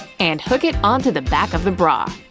and hook it onto the back of the bra.